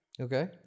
Okay